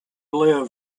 liv